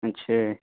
اچھا